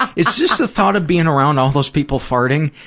ah is just the thought of being around all those people farting,